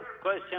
question